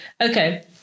Okay